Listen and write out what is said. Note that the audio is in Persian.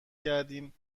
کردیم